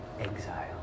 exile